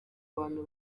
bantu